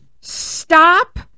Stop